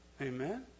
Amen